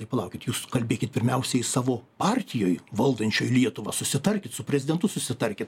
tai palaukit jūs kalbėkit pirmiausiai savo partijoj valdančioj lietuvą susitarkit su prezidentu susitarkit